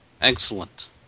Excellent